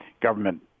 government